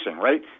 right